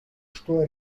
что